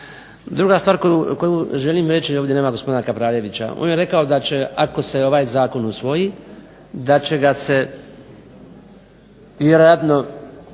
Druga stvar koju želim reći ovdje nema gospodina ... on je rekao da će ako se ovaj zakon usvoji da će ga se vjerojatno